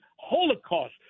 Holocaust